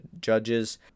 judges